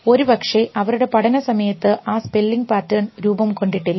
ഒരുപക്ഷേ അവരുടെ പഠന സമയത്ത് ആ സ്പെല്ലിങ് പാറ്റേൺ രൂപം കൊണ്ടിട്ടില്ല